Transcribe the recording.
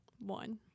One